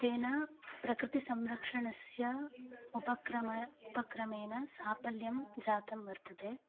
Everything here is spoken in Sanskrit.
तेन प्रकृतिसंरक्षणस्य उपक्रमः उपक्रमेण साफल्यं जातं वर्तते